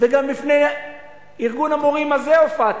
גם בפני ארגון המורים הזה הופעתי,